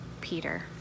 Peter